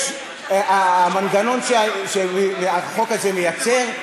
המנגנון שהחוק הזה מייצר,